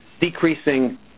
decreasing